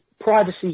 privacy